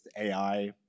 AI